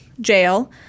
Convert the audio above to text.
jail